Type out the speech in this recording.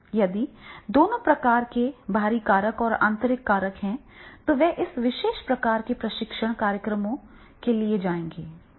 यदि दोनों प्रकार के बाहरी कारक और आंतरिक कारक हैं तो वे इस विशेष प्रकार के प्रशिक्षण कार्यक्रमों के लिए जाएंगे